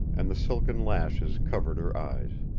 and the silken lashes covered her eyes.